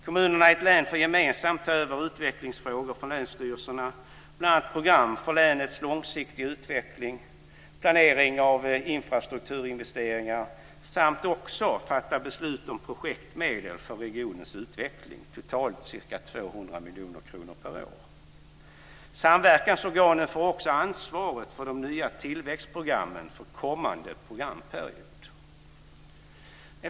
Kommunerna i ett län får gemensamt ta över utvecklingsfrågor från länsstyrelserna, bl.a. gällande program för länets långsiktiga utveckling och planering av infrastrukturinvesteringar, samt fatta beslut om projektmedel för regionens utveckling - totalt ca 200 miljoner kronor per år. Samverkansorganen får också ansvaret för de nya tillväxtprogrammen för kommande programperiod.